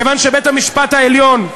מכיוון שבית-המשפט העליון,